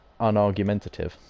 unargumentative